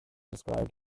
described